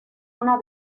una